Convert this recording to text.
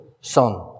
son